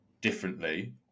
differently